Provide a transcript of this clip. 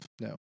No